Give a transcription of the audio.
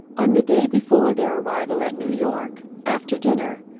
on the day before their arrival at new-york, after dinner,